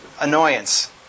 annoyance